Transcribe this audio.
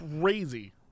crazy